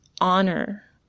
honor